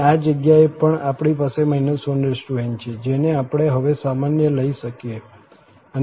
અને આ જગ્યાએ પણ આપણી પાસે n છે જેને આપણે હવે સામાન્ય લઈ શકીએ છીએ